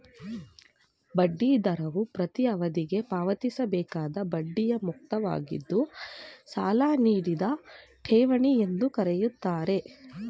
ಬಡ್ಡಿ ದರವು ಪ್ರತೀ ಅವಧಿಗೆ ಪಾವತಿಸಬೇಕಾದ ಬಡ್ಡಿಯ ಮೊತ್ತವಾಗಿದ್ದು ಸಾಲ ನೀಡಿದ ಠೇವಣಿ ಎಂದು ಕರೆಯುತ್ತಾರೆ